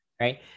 right